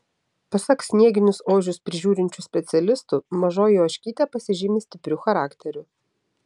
pasak snieginius ožius prižiūrinčių specialistų mažoji ožkytė pasižymi stipriu charakteriu